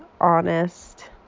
honest